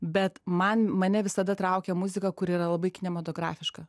bet man mane visada traukė muzika kuri yra labai kinematografiška